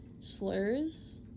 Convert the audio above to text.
slurs